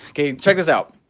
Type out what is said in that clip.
okay check this out.